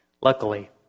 Luckily